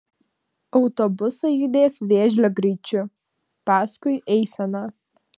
autobusai judės vėžlio greičiu paskui eiseną